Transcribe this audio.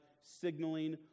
signaling